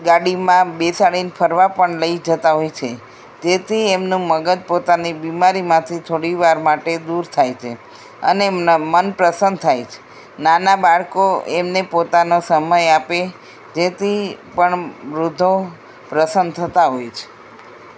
ગાડીમાં બેસાડીને ફરવા પણ લઈ જતા હોય છે તેથી એમનું મગજ પોતાની બિમારીમાંથી થોડી વાર માટે દૂર થાય છે અને એમના મન પ્રસન્ન થાય છે નાનાં બાળકો એમને પોતાનો સમય આપે જેથી પણ વૃદ્ધો પ્રસન્ન થતા હોય છે